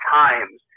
times